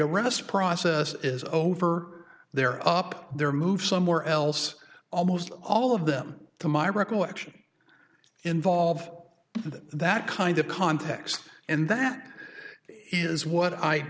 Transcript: arrest process is over they're up there moved somewhere else almost all of them to my recollection involve that that kind of context and that is what i